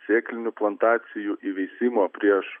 sėklinių plantacijų įveisimo prieš